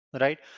right